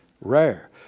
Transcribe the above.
Rare